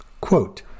Quote